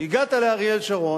הגעת לאריאל שרון.